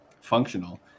functional